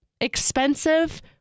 expensive